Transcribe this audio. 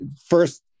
first